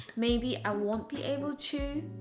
maybe i won't be able to?